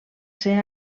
ser